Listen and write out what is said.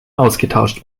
ausgetauscht